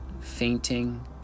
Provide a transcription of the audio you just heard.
fainting